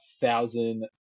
thousand